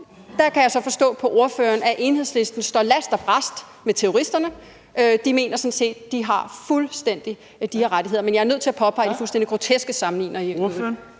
der kan jeg så forstå på ordføreren, at Enhedslisten står last og brast med terroristerne. De mener sådan set, at de fuldstændig har de her rettigheder. Men jeg er nødt til at påpege, at det er en fuldstændig grotesk sammenligning.